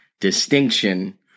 distinction